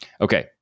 Okay